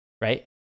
right